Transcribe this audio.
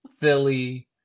Philly